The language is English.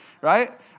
Right